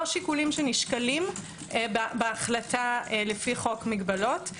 שיקולים שנשקלים בהחלטה לפי חוק מגבלות.